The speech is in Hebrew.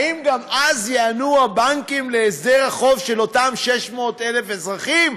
האם גם אז ייענו הבנקים להסדר החוב של אותם 600,000 אזרחים?